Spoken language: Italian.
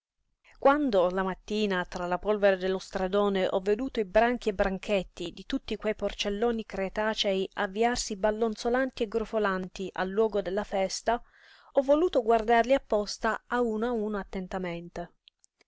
quando la mattina tra la polvere dello stradone ho veduto i branchi e branchetti di tutti quei porcelloni cretacei avviarsi ballonzolanti e grufolanti al luogo della festa ho voluto guardarli apposta a uno a uno attentamente